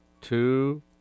two